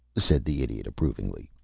said the idiot, approvingly.